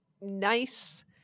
nice